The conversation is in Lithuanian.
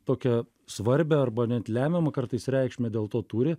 tokią svarbią arba net lemiamą kartais reikšmę dėl to turi